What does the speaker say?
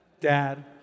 Dad